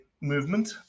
movement